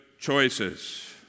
Choices